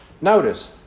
Notice